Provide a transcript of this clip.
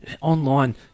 Online